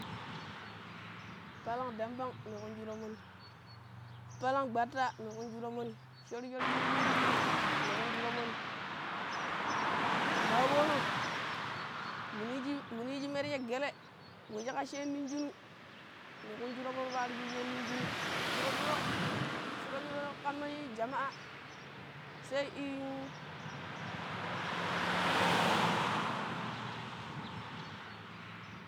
Palang dambang ne ƙunji to̱mo̱ni palang gbatta ne ƙunji to̱mo̱ni sho̱r-shor shi yiijin ti piɗi ne ƙunji to̱mo̱ni ma aboono̱ minu yiiji minu yiiji merje gale wu shi ƙacceeno̱ no̱ng shinu ne ƙunji to̱mo̱n paaro̱ shi yiijeeno̱ no̱ng shinnu shuro̱-shuro̱ shuro̱-shuro̱ ƙamma jama'a sai